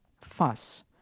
Fuss